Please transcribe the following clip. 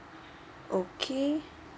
okay